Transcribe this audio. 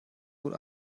wohl